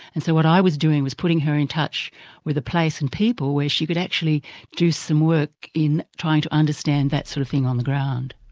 and so what i was doing was putting her in touch with a place and people where she could actually do some work in trying to understand that sort of thing on the ground.